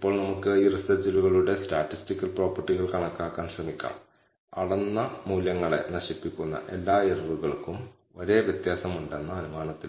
പോയിന്റുകൾ β0 β1 എന്നിവ കണക്കാക്കാൻ ഉപയോഗിച്ചിരിക്കുന്നു അതിനാൽ ഈ σ സ്ക്വയർ കണക്കാക്കാൻ ശേഷിക്കുന്ന n 2 സാമ്പിളുകൾ മാത്രമേ ലഭ്യമാകൂ